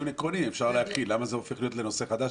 אפשר לחיל, למה זה הופך לנושא חדש?